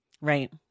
Right